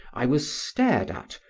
i was stared at,